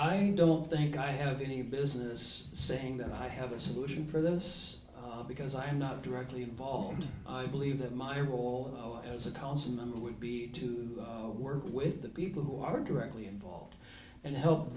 i don't think i have any business saying that i have a solution for this because i am not directly involved i believe that my role as a council member would be to work with the people who are directly involved and help